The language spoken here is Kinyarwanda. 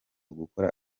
gukora